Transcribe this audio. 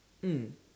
mm